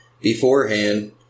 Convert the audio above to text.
beforehand